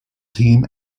team